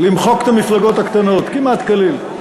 למחוק את המפלגות הקטנות כמעט כליל.